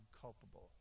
culpable